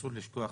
אסור לשכוח